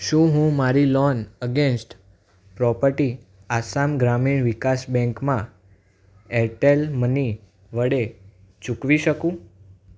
શું હું મારી loan against property Assam Gramin Vikas બેંકમાં એરટેલ મની વડે ચૂકવી શકું